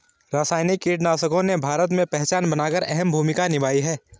रासायनिक कीटनाशकों ने भारत में पहचान बनाकर अहम भूमिका निभाई है